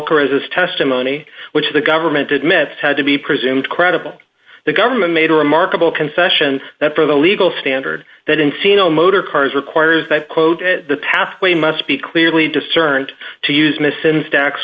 is testimony which the government admits had to be presumed credible the government made a remarkable concession that for the legal standard that encino motorcars requires that quote the pathway must be clearly discerned to use missin stack